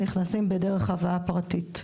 שנכנסים, נכנסים בדרך הבאה פרטית.